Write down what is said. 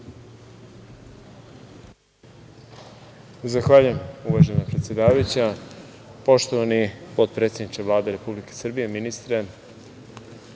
Zahvaljujem, uvažena predsedavajuća. Poštovani potpredsedniče Vlade Republike Srbije, ministre,